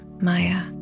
Maya